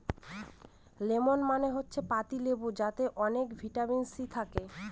lemon মানে হচ্ছে পাতি লেবু যাতে অনেক ভিটামিন সি থাকে